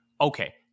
Okay